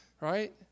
right